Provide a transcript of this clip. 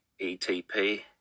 ETP